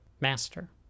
master